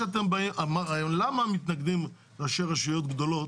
למה מתנגדים ראשי רשויות גדולות,